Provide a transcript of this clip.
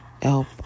Help